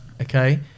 Okay